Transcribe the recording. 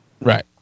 Right